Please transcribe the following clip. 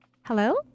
Hello